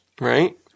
right